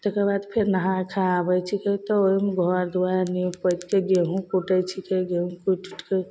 ताहिकेबाद फेर नहाइ खाइ आबै छिकै तऽ ओहिमे घर दुआरि नीपि पोतिके गहूम कुटै छिकै गहूम कुटिके